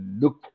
look